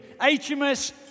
HMS